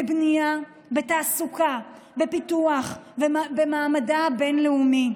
בבנייה, בתעסוקה, בפיתוח ובמעמדה הבין-לאומי.